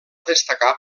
destacar